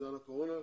בעידן הקורונה,